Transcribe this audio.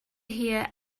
hear